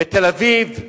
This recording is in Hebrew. בתל-אביב,